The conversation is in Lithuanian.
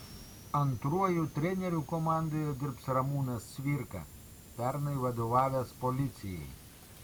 antruoju treneriu komandoje dirbs ramūnas cvirka pernai vadovavęs policijai